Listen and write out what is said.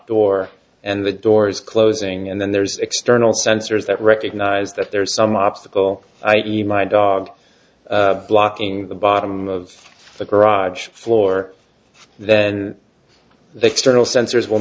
door and the doors closing and then there's external sensors that recognize that there's some obstacle i e my dog blocking the bottom of the garage floor then they start all sensors will